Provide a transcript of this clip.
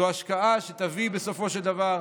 זו השקעה שתביא בסופו של דבר,